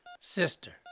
sister